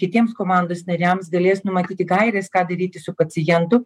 kitiems komandos nariams galės numatyti gaires ką daryti su pacientu